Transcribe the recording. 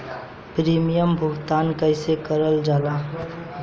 Premium भुगतान कइसे कइल जाला?